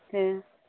ᱦᱮᱸ